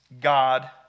God